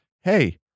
hey